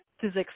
physics